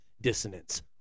dissonance